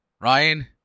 Ryan